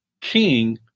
king